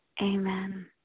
Amen